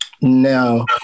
No